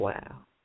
Wow